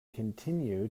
continue